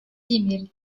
земель